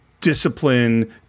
discipline